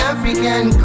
African